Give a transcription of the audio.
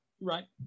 right